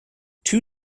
two